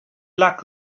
luck